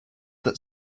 that